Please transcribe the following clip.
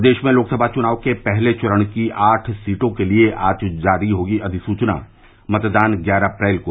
प्रदेश में लोकसभा चुनाव के पहले चरण की आठ सीटों के लिये आज जारी होगी अधिसूचना मतदान ग्यारह अप्रैल को